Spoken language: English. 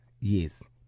Yes